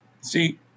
See